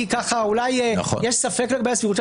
כשיש ספק לגבי הסבירות,